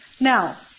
Now